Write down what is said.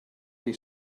dei